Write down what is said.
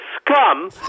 scum